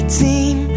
team